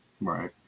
right